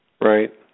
Right